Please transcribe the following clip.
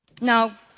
Now